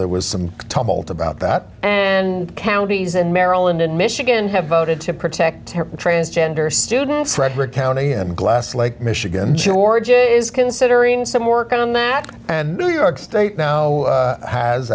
there was some tumbled about that and counties in maryland and michigan have voted to protect transgender students frederick county and glass lake michigan georgia is considering some work on that and new york state now has